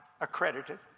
accredited